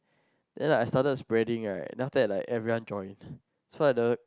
then like I started to spreading right then after it like everyone join